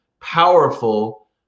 powerful